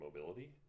mobility